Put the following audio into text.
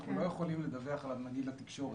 אנחנו לא יכולים לדווח עליו לתקשורת,